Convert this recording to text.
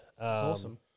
awesome